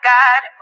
God